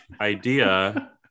idea